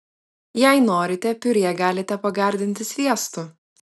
jei norite piurė galite pagardinti sviestu